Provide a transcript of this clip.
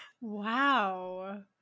Wow